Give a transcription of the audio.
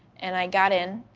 and i got in.